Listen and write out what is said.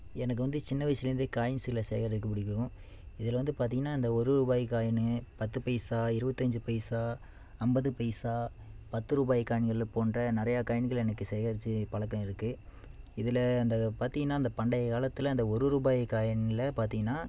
எனக்கு வந்து சின்ன வயசுலேருருந்து காயின்ஸுகளை சேகரிக்க பிடிக்கும் இதில் வந்து பார்த்திங்கன்னா இந்த ஒரு ரூபாய் காயினு பத்து பைசா இருபத்தஞ்சி பைசா ஐம்பது பைசா பத்து ரூபாய் காயின்கள் போன்ற நிறையா காயின்கள் எனக்கு சேகரித்து பழக்கம் இருக்குது இதில் அந்த பார்த்திங்கன்னா அந்த பண்டைய காலத்தில் அந்த ஒரு ரூபாய் காயின்ல பார்த்திங்கன்னா